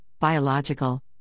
biological